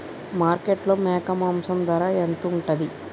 మార్కెట్లో మేక మాంసం ధర ఎంత ఉంటది?